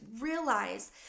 realize